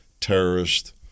terrorist